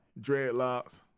dreadlocks